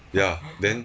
ya then